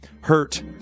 hurt